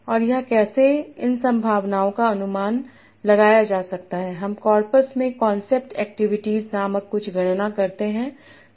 और यह कैसे इन संभावनाओं का अनुमान लगाया जा सकता है हम कॉरपस में कॉन्सेप्ट एक्टिविटीज नामक कुछ गणना करते हैं